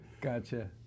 Gotcha